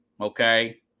okay